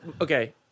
okay